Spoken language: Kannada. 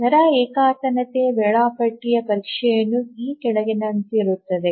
ದರ ಏಕತಾನತೆಯ ವೇಳಾಪಟ್ಟಿಯ ಪರೀಕ್ಷೆಯನ್ನು ಈ ಕೆಳಗಿನಂತಿರುತ್ತದೆ